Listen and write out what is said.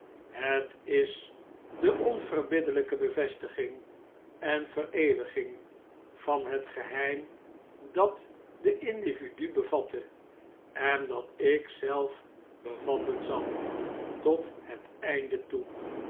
het is de onverbiddelijke bevestiging en vereeuwiging van het geheim dat de mdividu bevatte en dat ik zelf bevatten zal tot het einde toe